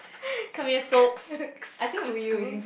could you